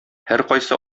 һәркайсы